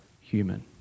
human